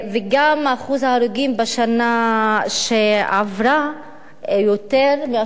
וגם אחוז ההרוגים בשנה שעברה הוא יותר מאשר